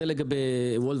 זה לגבי וולט.